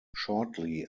shortly